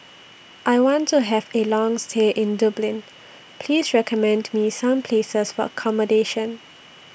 I want to Have A Long stay in Dublin Please recommend Me Some Places For accommodation